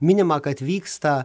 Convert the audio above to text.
minima kad vyksta